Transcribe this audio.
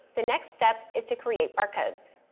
the next step is to create barcodes.